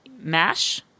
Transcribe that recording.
mash